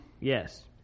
Yes